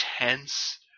intense